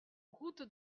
route